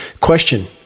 Question